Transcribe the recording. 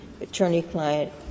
attorney-client